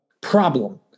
problem